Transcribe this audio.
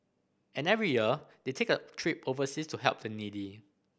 and every year they take a trip overseas to help the needy